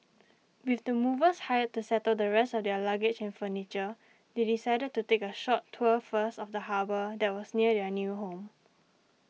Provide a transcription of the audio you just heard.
with the movers hired to settle the rest of their luggage and furniture they decided to take a short tour first of the harbour that was near their new home